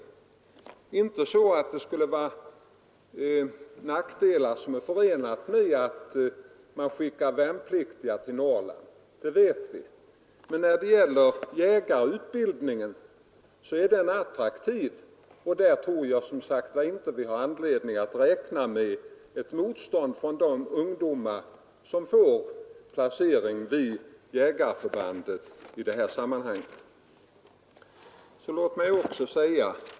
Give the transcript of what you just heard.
Vi vet att det är nackdelar förenade med att skicka värnpliktiga till Norrland, men jägarutbildningen är attraktiv, och jag tror inte att vi har anledning räkna med ett motstånd från de ungdomar som får placering till jägarförbanden.